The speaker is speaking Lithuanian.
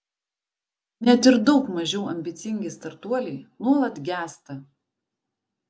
net ir daug mažiau ambicingi startuoliai nuolat gęsta